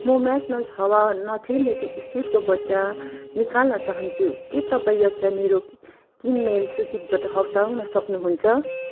म म्याग्नस हवा नछिर्ने स्टिलको बट्टा निकाल्न चाहन्छु के तपाईँ यसलाई मेरो किनमेल सूचीबट हटाउन सक्नुहुन्छ